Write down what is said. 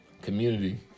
community